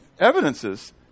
evidences